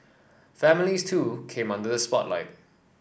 families too came under spotlight